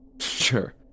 sure